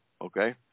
okay